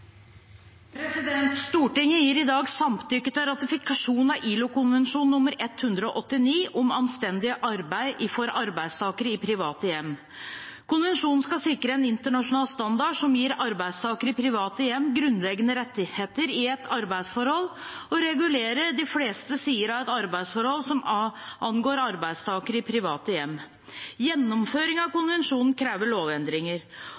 minutter. Stortinget gir i dag samtykke til ratifikasjon av ILO-konvensjon nr. 189 om anstendig arbeid for arbeidstakere i private hjem. Konvensjonen skal sikre en internasjonal standard som gir arbeidstakere i private hjem grunnleggende rettigheter i et arbeidsforhold, og regulerer de fleste sider av et arbeidsforhold som angår arbeidstakere i private hjem. Gjennomføring av konvensjonen krever lovendringer,